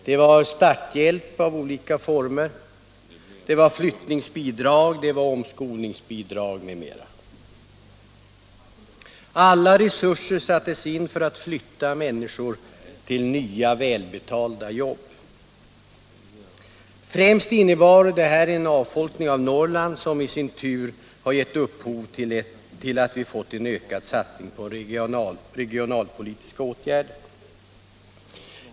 Det var starthjälp av olika former, flyttningsbidrag, omskolningsbidrag m.m. Alla resurser sattes in för att flytta människor till nya, välbetalda jobb. Främst innebar detta en avfolkning av Norrland — som i sin tur har lett till att vi fått en ökad satsning på regionalpolitiska åtgärder.